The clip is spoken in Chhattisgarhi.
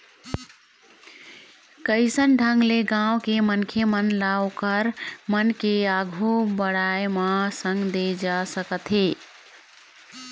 कइसन ढंग ले गाँव के मनखे मन ल ओखर मन के आघु बड़ाय म संग दे जा सकत हे